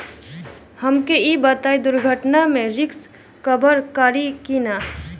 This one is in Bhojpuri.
हमके ई बताईं दुर्घटना में रिस्क कभर करी कि ना?